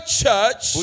church